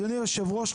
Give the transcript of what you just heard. אדוני היושב ראש,